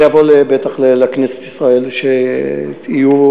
זה יבוא בטח לכנסת ישראל, ויהיו